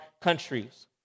countries